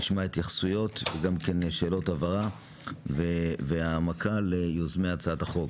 נשמע התייחסויות וגם שאלות הבהרה והעמקה ליוזמי הצעת החוק.